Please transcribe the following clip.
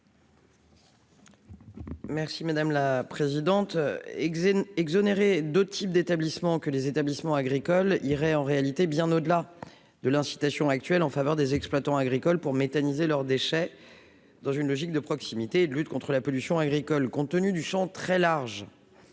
Merci madame la présidente, exonérés de type d'établissement que les établissements agricoles irait en réalité bien au-delà de l'incitation actuel en faveur des exploitants agricoles pour métallisé leurs déchets dans une logique de proximité et de lutte contre la pollution agricole compte tenu du Champ très large